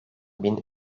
bin